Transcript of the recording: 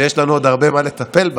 שיש לנו עוד הרבה מה לטפל בה,